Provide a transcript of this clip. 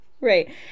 Right